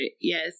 yes